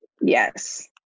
Yes